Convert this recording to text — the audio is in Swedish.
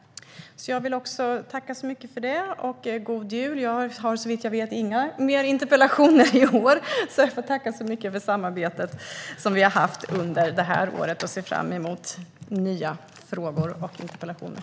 Jag tackar så mycket och önskar god jul. Jag har, såvitt jag vet, inga fler interpellationer att besvara i år, så jag får tacka så mycket för samarbetet som vi har haft under året och ser fram emot nya frågor och interpellationer.